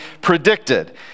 predicted